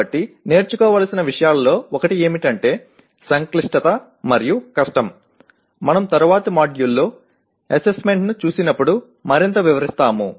కాబట్టి నేర్చుకోవలసిన విషయాలలో ఒకటి ఏమిటంటే సంక్లిష్టత మరియు కష్టం మనం తరువాత మాడ్యూల్లో అసెస్మెంట్ ను చూసినప్పుడు మరింత వివరిస్తాము